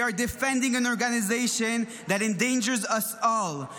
they are defending an organization that endangers us all.